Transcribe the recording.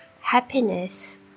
happiness